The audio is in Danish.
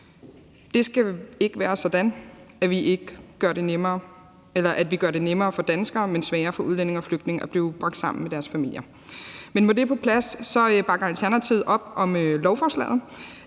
Det skal ikke være sådan, at vi gør det nemmere for danskere, men sværere for udlændinge og flygtninge at blive bragt sammen med deres familier. Med det på plads bakker Alternativet op om lovforslaget,